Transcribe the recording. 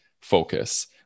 focus